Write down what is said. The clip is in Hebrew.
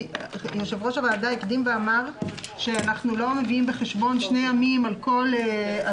יושב-ראש הוועדה הקדים ואמר שאנחנו לא מביאים בחשבון שני ימים על כל